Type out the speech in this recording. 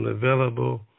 available